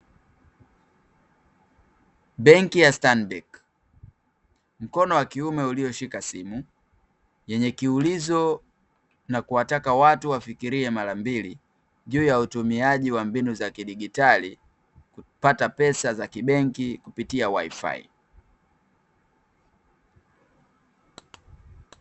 Benki ya Stanbic, mkono wa kiume ulioshika simu yenye kiulizo na kuwataka watu wafikirie mara mbili juu ya utumiaji wa mbinu za kidijitali, kupata pesa za kibenki kupitia wi-fi.